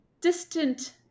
distant